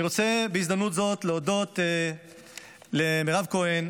אני רוצה בהזדמנות זאת להודות למירב כהן,